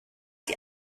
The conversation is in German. die